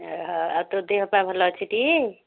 ଆଉ ତୋ ଦେହ ପା ଭଲ ଅଛି ଟି